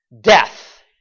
death